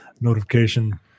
notification